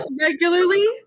regularly